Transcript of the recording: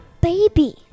baby